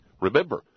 remember